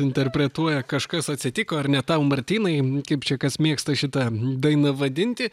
interpretuoja kažkas atsitiko ar ne tau martynai kaip čia kas mėgsta šitą dainą vadinti